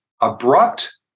abrupt